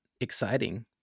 exciting